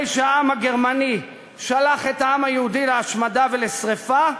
שהעם הגרמני שלח את העם היהודי להשמדה ולשרפה,